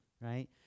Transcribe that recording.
Right